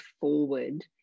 forward